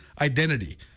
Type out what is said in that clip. identity